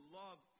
love